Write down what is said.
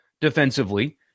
defensively